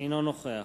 אינו נוכח